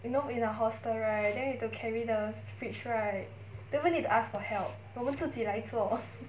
you know in a hostel right then you have to carry the fridge right don't even need to ask for help 我们自己来做